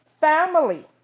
family